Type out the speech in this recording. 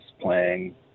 playing